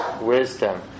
wisdom